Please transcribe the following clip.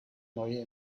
neue